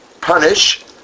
punish